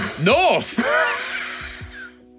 North